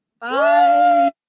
Bye